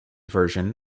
version